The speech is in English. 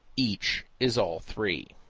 each is all three.